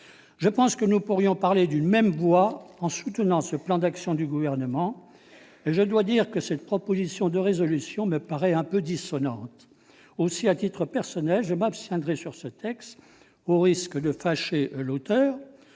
Sans doute pourrions-nous parler d'une même voix en soutenant ce plan d'action du Gouvernement. Je dois le dire, cette proposition de résolution me paraît un peu dissonante. Aussi, à titre personnel, je m'abstiendrai sur ce texte, au risque de fâcher son auteur,